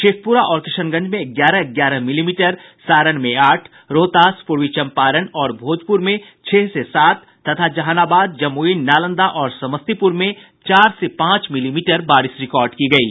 शेखपुरा और किशनगंज में ग्यारह ग्यारह मिलीमीटर सारण में आठ रोहतास पूर्वी चंपारण और भोजपुर में छह से सात तथा जहानाबाद जमुई नालंदा और समस्तीपुर में चार से पांच मिलीमीटर बारिश रिकॉर्ड की गयी